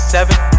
Seven